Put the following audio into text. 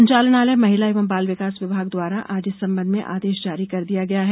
संचालनालय महिला एवं बाल विकास विभाग द्वारा आज इस संबंध में आदेश जारी कर दिया गया है